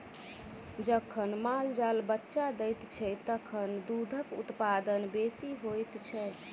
जखन माल जाल बच्चा दैत छै, तखन दूधक उत्पादन बेसी होइत छै